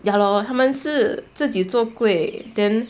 ya lor 他们是自己做 kueh then